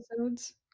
episodes